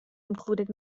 included